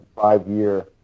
five-year